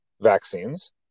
vaccines